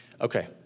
Okay